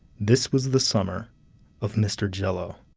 this was the summer of mr. jello.